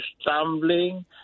stumbling